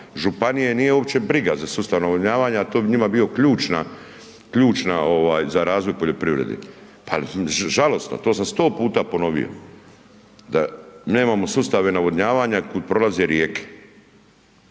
županije nije uopće briga za sustav navodnjavanja, a to bi njima bio ključna, ključna ovaj za razvoj poljoprivrede. Pa žalosno, to sam 100 puta, da nemamo sustave navodnjavanja kud prolaze rijeke,